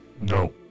No